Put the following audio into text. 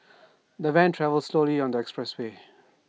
the van travelled slowly on the expressway